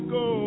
go